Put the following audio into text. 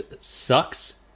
sucks